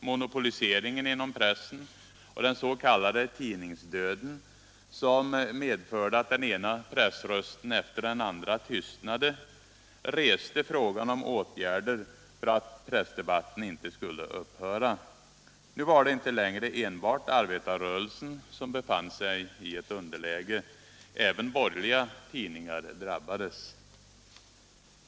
Monopoliseringen inom pressen och den s.k. tidningsdöden, som medförde att den ena pressrösten efter den andra tystnade, reste frågan om åtgärder för att pressdebatten inte skulle upphöra. Nu var det inte längre enbart arbetarrörelsen som befann sig i underläge. Även borgerliga tidningar drabbades.